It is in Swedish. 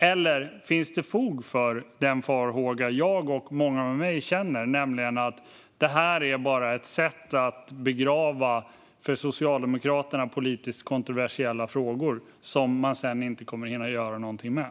Eller finns det fog för den farhåga som jag och många med mig har, nämligen att detta bara är ett sätt att begrava för Socialdemokraterna politiskt kontroversiella frågor som man sedan inte kommer att hinna göra någonting med?